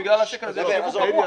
בגלל השקל הזה יש ייבוא פרוע.